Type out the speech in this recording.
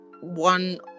one